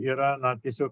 yra na tiesiog